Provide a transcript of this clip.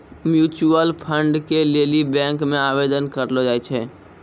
mutual fund के लेली bank मे आवेदन करलो जाय छै